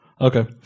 Okay